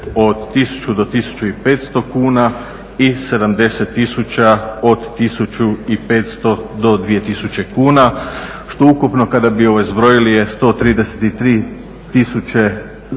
od 1000 do 1500 kuna i 70000 od 1500 do 2000 kuna što ukupno kada bi zbrojili je 133000